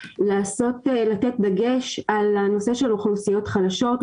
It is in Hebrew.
לתת דגש על הנושא של אוכלוסיות חלשות,